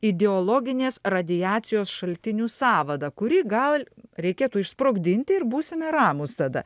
ideologinės radiacijos šaltinių sąvadą kurį gal reikėtų išsprogdinti ir būsime ramūs tada